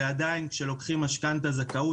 ועדיין כשלוקחים משכנתא זכאות,